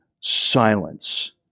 silence